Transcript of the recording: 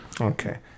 okay